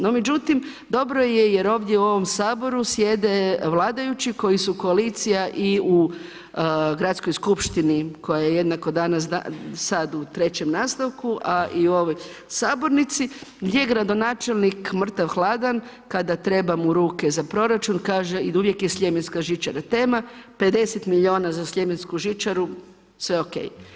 No međutim dobro je jer ovdje u ovom Saboru sjede vladajući koji su koalicija i u gradskoj skupštini koja je jednako danas sad u trećem nastavku, a i u ovoj sabornici, gdje gradonačelnik mrtav hladan kada treba mu ruke za proračun kaže i uvijek je sljemenska žičara tema, 50 milijuna za sljemensku žičaru, sve ok.